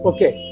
Okay